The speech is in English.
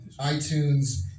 iTunes